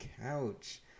couch